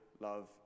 love